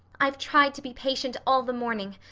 i've tried to be patient all the morning,